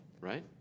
Right